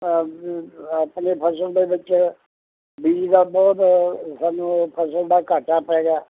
ਆਪਣੇ ਫਸਲ ਦੇ ਵਿੱਚ ਬੀਜ ਦਾ ਬਹੁਤ ਸਾਨੂੰ ਫਸਲ ਦਾ ਘਾਟਾ ਪੈ ਗਿਆ